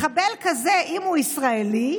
מחבל כזה, אם הוא ישראלי,